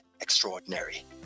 extraordinary